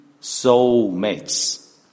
soulmates